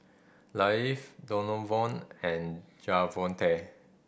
Leif Donavon and Javonte